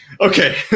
Okay